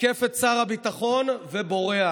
תוקף את שר הביטחון, ובורח.